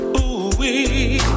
ooh-wee